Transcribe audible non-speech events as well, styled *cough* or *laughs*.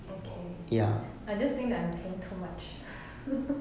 okay I just think that I am paying too much *laughs*